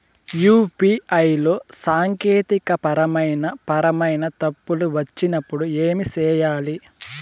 UPI లో సాంకేతికపరమైన పరమైన తప్పులు వచ్చినప్పుడు ఏమి సేయాలి